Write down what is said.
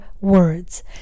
words